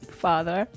father